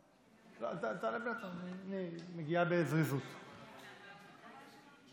האמת היא שלא מזמן היה פה חבר אופוזיציה שצעק,